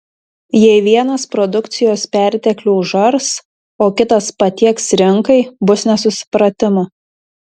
jei vienas produkcijos perteklių užars o kitas patieks rinkai bus nesusipratimų